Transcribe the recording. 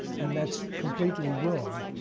and that's completely wrong.